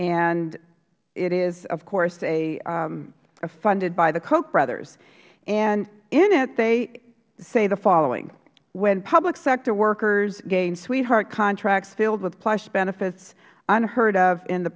and it is of course funded by the koch brothers and in it they say the following when public sector workers gain sweetheart contracts filled with plush benefits unheard of in the